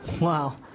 Wow